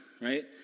right